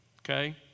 okay